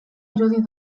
irudi